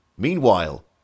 Meanwhile